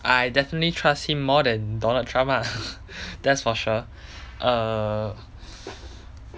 I definitely trust him more than donald trump ah that's for sure err